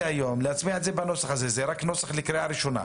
היום ולהצביע על הנוסח הזה לקריאה הראשונה.